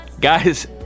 guys